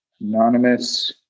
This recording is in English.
anonymous